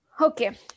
Okay